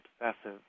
obsessive